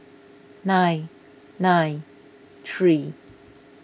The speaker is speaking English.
nine nine three